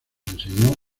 enseñó